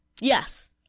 Yes